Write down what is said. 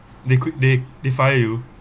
they could they they fire you